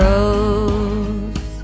Rose